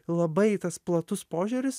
labai tas platus požiūris